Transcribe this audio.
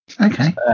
Okay